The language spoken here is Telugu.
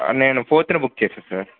నేను ఫోర్తున బుక్ చేశాను సార్